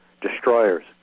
destroyers